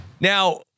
Now